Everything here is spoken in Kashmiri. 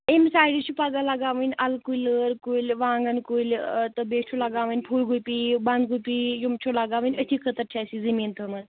اَمہ سایڈٕ چھِ پگہہ لگاوٕنۍ اَلہ کُلۍ لٲر کُلۍ وانگن کُلۍ تہٕ بیٚیہِ چھِ لگاوٕنۍ پھوٚل گوٗپی بندگوٗپی یِم چھِ لگاوٕنۍ أتھی حٲطرٕ چھِ اَسہِ یہِ زٔمین تھٲومژٕ